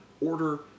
order